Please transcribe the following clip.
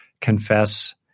confess